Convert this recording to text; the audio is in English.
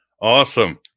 Awesome